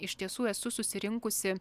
iš tiesų esu susirinkusi